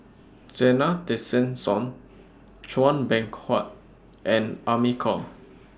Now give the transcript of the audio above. Zena Tessensohn Chua Beng Huat and Amy Khor